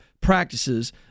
practices